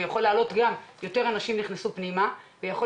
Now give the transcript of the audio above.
הוא יכול לעלות כי יותר אנשים נכנסו פנימה ויכול